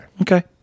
Okay